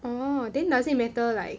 oh then does it matter like